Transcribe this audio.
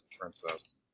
princess